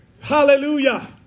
Hallelujah